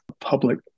Public